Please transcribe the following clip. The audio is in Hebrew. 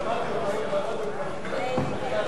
נא להצביע.